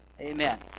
Amen